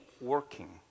working